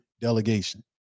Delegation